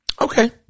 Okay